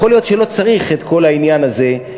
יכול להיות שלא צריך את כל העניין הזה,